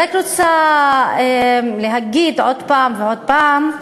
אני רק רוצה להגיד עוד פעם ועוד פעם,